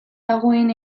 dagoen